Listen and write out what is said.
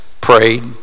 prayed